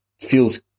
feels